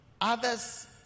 Others